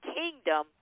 kingdom